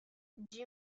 jim